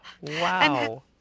wow